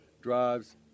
drives